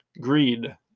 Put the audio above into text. Greed